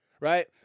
Right